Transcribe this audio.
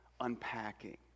unpacking